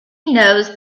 knows